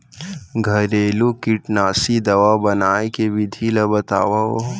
घरेलू कीटनाशी दवा बनाए के विधि ला बतावव?